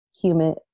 human